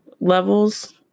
levels